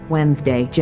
Wednesday